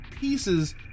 pieces